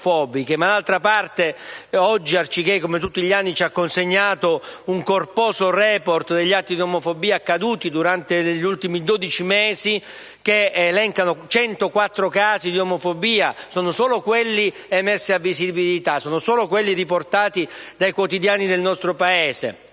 D'altra parte, oggi Arcigay, come tutti gli anni, ci ha consegnato un corposo *report* degli atti di omofobia accaduti negli ultimi dodici mesi, che ne elenca 104: sono solo quelli emersi e visibili, solo quelli riportati dai quotidiani del nostro Paese.